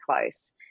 close